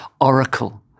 oracle